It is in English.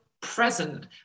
present